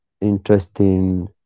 interesting